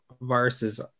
viruses